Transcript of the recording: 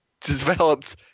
developed